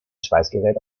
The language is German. schweißgerät